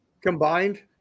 Combined